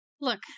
Look